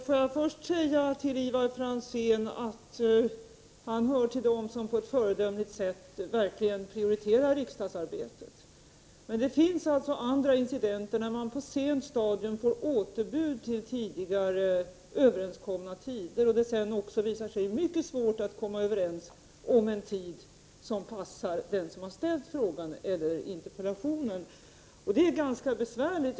Herr talman! Först vill jag säga att Ivar Franzén hör till dem som på ett föredömligt sätt verkligen prioriterar riksdagsarbetet. Men det förekommer incidenter då man på ett sent stadium får återbud på tidigare överenskomna tider och det visar sig vara mycket svårt att komma överens om en tid som passar den som ställt frågan eller interpellationen. Detta är ganska besvärligt.